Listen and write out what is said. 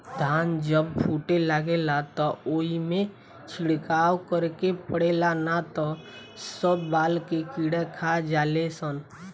धान जब फूटे लागेला त ओइमे छिड़काव करे के पड़ेला ना त सब बाल के कीड़ा खा जाले सन